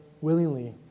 willingly